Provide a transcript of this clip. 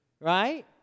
Right